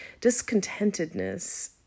Discontentedness